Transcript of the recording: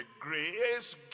grace